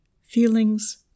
feelings